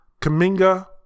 Kaminga